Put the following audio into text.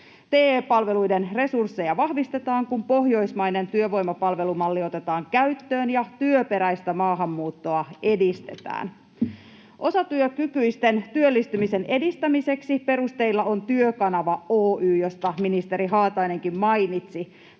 TE-palveluiden resursseja vahvistetaan, kun pohjoismainen työvoimapalvelumalli otetaan käyttöön ja työperäistä maahanmuuttoa edistetään. Osatyökykyisten työllistymisen edistämiseksi perusteilla on Työkanava Oy, josta ministeri Haatainenkin mainitsi.